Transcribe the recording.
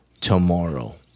tomorrow